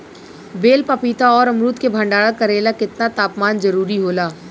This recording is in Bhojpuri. बेल पपीता और अमरुद के भंडारण करेला केतना तापमान जरुरी होला?